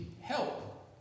help